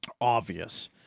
obvious